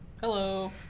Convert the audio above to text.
Hello